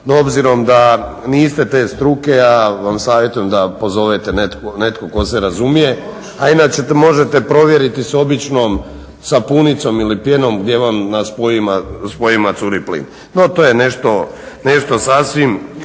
obzirom da niste te struke ja vam savjetujem da pozovete nekog ko se razumije, a inače to možete provjeriti s običnom sapunicom ili pijenom gdje vam na spojevima curi plin. No, to je nešto,